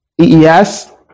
Yes